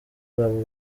babo